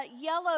yellow